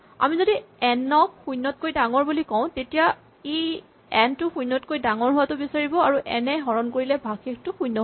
আমি যদি এন ক শূণ্যতকৈ ডাঙৰ বুলি কওঁ তেতিয়া ই এন টো শূণ্যতকৈ ডাঙৰ হোৱাটো বিচাৰিব আৰু এন এ হৰণ কৰিলে ভাগশেষটো শূণ্য হ'ব